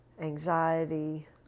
anxiety